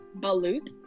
Balut